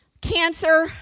cancer